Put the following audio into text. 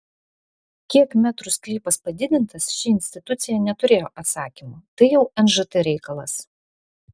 kiek metrų sklypas padidintas ši institucija neturėjo atsakymo tai jau nžt reikalas